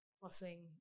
crossing